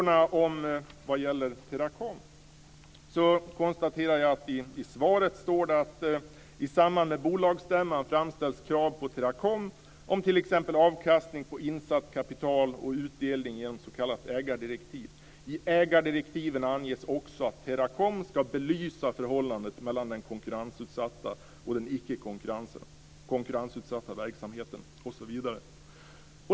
När det gäller frågorna om Teracom står det i svaret: "I samband med bolagsstämman framställs krav på Teracom om t.ex. avkastning på insatt kapital och utdelning genom s.k. ägardirektiv. I ägardirektiven anges också att Teracom ska belysa förhållandet mellan den konkurrensutsatta och den icke konkurrensutsatta verksamheten -."